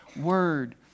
Word